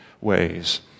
ways